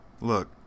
Look